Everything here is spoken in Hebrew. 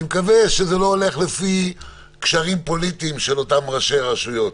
ואני מקווה שזה לא הולך לפי קשרים פוליטיים של אותם ראשי הרשויות.